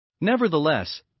Nevertheless